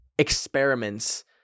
experiments